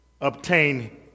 obtain